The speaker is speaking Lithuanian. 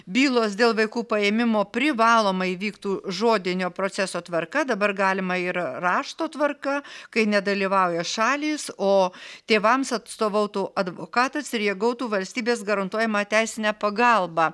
bylos dėl vaikų paėmimo privalomai vyktų žodinio proceso tvarka dabar galima ir rašto tvarka kai nedalyvauja šalys o tėvams atstovautų advokatas ir jie gautų valstybės garantuojamą teisinę pagalbą